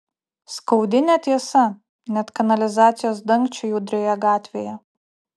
skaudi netiesa net kanalizacijos dangčiui judrioje gatvėje